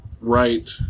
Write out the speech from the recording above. right